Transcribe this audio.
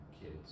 kids